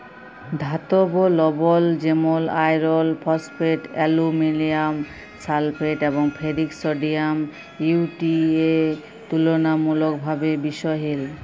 ধাতব লবল যেমল আয়রল ফসফেট, আলুমিলিয়াম সালফেট এবং ফেরিক সডিয়াম ইউ.টি.এ তুললামূলকভাবে বিশহিল